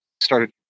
Started